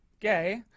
gay